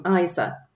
isa